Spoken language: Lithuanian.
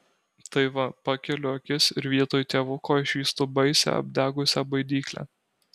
tai va pakeliu akis ir vietoj tėvuko išvystu baisią apdegusią baidyklę